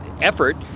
effort